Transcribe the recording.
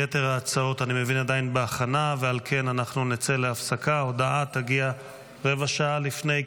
אני קובע כי הצעת חוק הביטוח הלאומי (תיקון מס' 248),